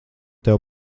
tev